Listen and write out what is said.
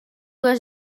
les